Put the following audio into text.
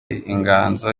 inganzo